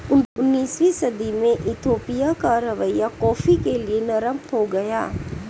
उन्नीसवीं सदी में इथोपिया का रवैया कॉफ़ी के लिए नरम हो गया